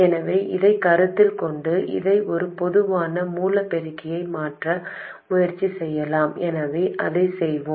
எனவே இதைக் கருத்தில் கொண்டு இதை ஒரு பொதுவான மூல பெருக்கியாக மாற்ற முயற்சி செய்யலாம் எனவே அதைச் செய்வோம்